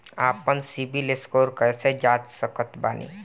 आपन CIBIL score कैसे जांच सकत बानी?